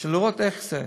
בשביל לראות איך זה.